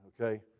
Okay